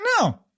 no